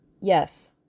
Yes